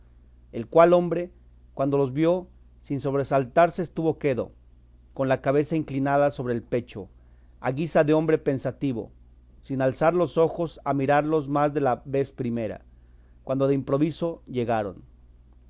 el cual hombre cuando los vio sin sobresaltarse estuvo quedo con la cabeza inclinada sobre el pecho a guisa de hombre pensativo sin alzar los ojos a mirarlos más de la vez primera cuando de improviso llegaron